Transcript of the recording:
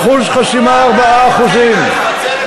אחוז חסימה 4% פרה פרה, לפצל את ההצעות.